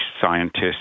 scientists